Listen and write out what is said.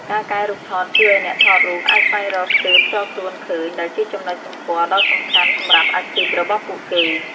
ការកែរូបថតជួយឱ្យអ្នកថតរូបអាចស្វែងរកស្ទីលផ្ទាល់ខ្លួនឃើញ ដែលជាចំណុចសម្គាល់ដ៏សំខាន់សម្រាប់អាជីពរបស់ពួកគេ។